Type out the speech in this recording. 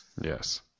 Yes